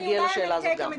נגיע לשאלה הזאת גם.